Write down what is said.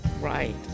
Right